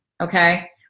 okay